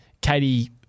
Katie